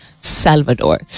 Salvador